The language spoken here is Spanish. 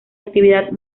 actividad